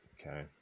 Okay